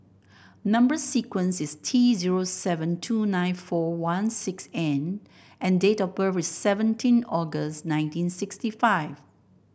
number sequence is T zero seven two nine four one six N and date of birth is seventeen August nineteen sixty five